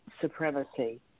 supremacy